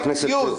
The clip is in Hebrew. חבר הכנסת זוהר.